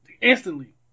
instantly